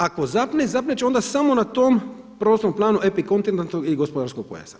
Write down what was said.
A ako zapne zapet će onda samo na tom prostornom planu epikontinentalnog i gospodarskog pojasa.